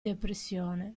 depressione